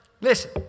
listen